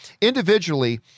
Individually